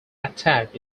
attack